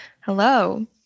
Hello